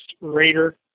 Raider